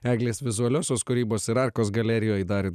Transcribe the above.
eglės vizualiosios kūrybos ir arkos galerijoj dar